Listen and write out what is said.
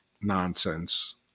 nonsense